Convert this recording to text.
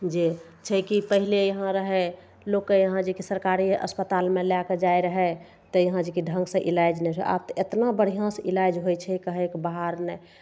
जे छै की कि पहिले यहाँ रहय लोकके यहाँ जेकि सरकारी अस्पतालमे लए जाइ रहय तऽ यहाँ जेकि ढङ्गसँ इलाज नहि रहय आब तऽ एतना बढ़िआँसँ इलाज होइ छै कहयके बात नहि